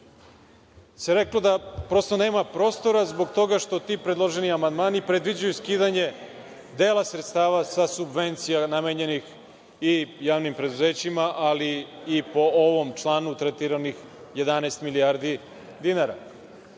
se reklo da prosto nema prostora zbog toga što ti predloženi amandmani predviđaju skidanje dela sredstava sa subvencija namenjenih i javnim preduzećima, ali i po ovom članu tretiranih 11 milijardi dinara.